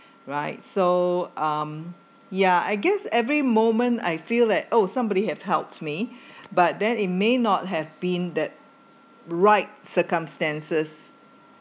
right so um yeah I guess every moment I feel like oh somebody have helped me but then it may not have been that right circumstances